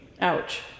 Ouch